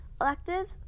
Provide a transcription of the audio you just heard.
electives